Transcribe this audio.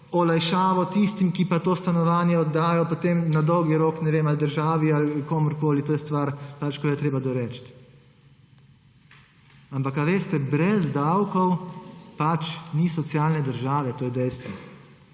olajšavo tistim, ki pa to stanovanje oddajo potem na dolgi rok, ne vem, ali državi ali komerkoli, to je stvar pač, ki jo je treba doreči. Ampak veste, brez davkov pač ni socialne države, to je dejstvo.